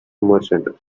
merchant